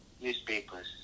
newspapers